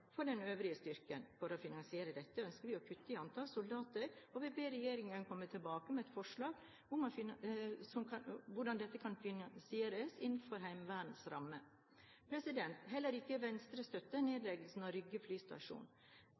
av den øvrige styrken. For å finansiere dette ønsker vi å kutte i antall soldater, og vi ber regjeringen komme tilbake med et forslag om hvordan dette kan finansieres innenfor Heimevernets ramme. Heller ikke Venstre støtter nedleggelse av Rygge flystasjon.